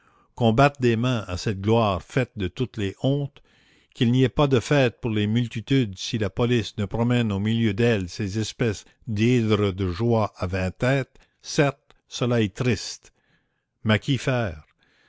qu'on batte des mains à cette gloire faite de toutes les hontes qu'il n'y ait pas de fête pour les multitudes si la police ne promène au milieu d'elles ces espèces d'hydres de joie à vingt têtes certes cela est triste mais qu'y faire